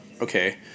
okay